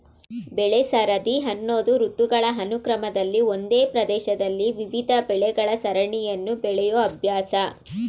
ಬೆಳೆಸರದಿ ಅನ್ನೋದು ಋತುಗಳ ಅನುಕ್ರಮದಲ್ಲಿ ಒಂದೇ ಪ್ರದೇಶದಲ್ಲಿ ವಿವಿಧ ಬೆಳೆಗಳ ಸರಣಿಯನ್ನು ಬೆಳೆಯೋ ಅಭ್ಯಾಸ